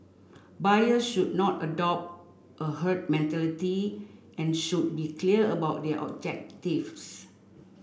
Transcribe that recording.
buyers should not adopt a herd mentality and should be clear about their objectives